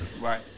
Right